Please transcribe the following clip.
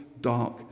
dark